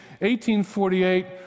1848